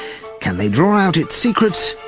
can they draw out its secrets,